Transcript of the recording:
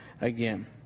again